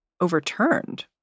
overturned